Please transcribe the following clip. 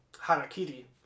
Harakiri